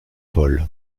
paul